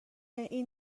این